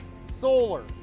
solar